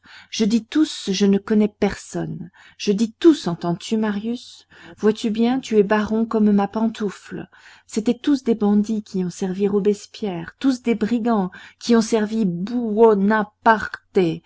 je dis tous je ne connais personne je dis tous entends-tu marius vois-tu bien tu es baron comme ma pantoufle c'étaient tous des bandits qui ont servi robespierre tous des brigands qui ont servi